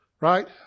Right